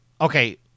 okay